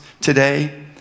today